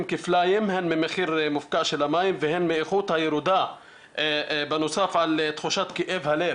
כפליים הן ממחיר מופקע של המים והן מהאיכות הירודה בנוסף על תחושת כאב הלב,